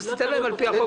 אז תיתן להם על פי החוק.